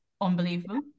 unbelievable